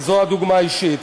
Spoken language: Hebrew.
וזו הדוגמה האישית.